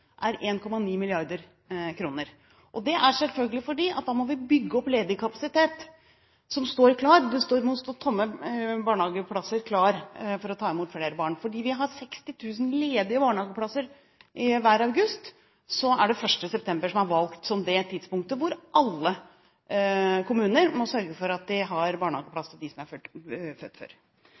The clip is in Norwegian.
er 1,9 mrd. kr. Det er selvfølgelig fordi vi da må bygge opp ledig kapasitet som skal stå klar: Det må stå tomme barnehageplasser klare for å ta imot flere barn. Fordi vi har 60 000 ledige barnehageplasser i august hvert år, er det 1. september som er valgt som det tidspunktet hvor alle kommuner må sørge for at de har barnehageplass til dem som er født før den datoen. Så stusser jeg litt over at opposisjonen er bekymret både for